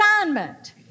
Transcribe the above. assignment